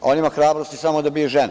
On ima hrabrosti samo da bije žene.